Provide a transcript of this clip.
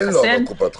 אבל אין לו קופת חולים.